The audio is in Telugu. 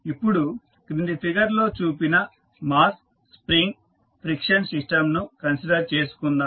ఇప్పుడు క్రింది ఫిగర్ లో చూపిన మాస్ స్ప్రింగ్ ఫ్రిక్షన్ సిస్టంను కన్సిడర్ చేసుకుందాం